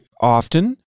often